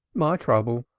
my trouble!